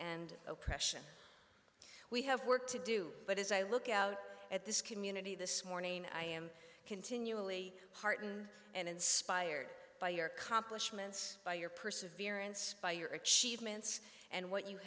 and oppression we have work to do but as i look out at this community this morning i am continually heartened and inspired by your complements by your perseverance by your achievements and what you